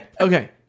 okay